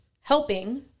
helping